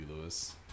Lewis